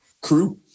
crew